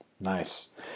Nice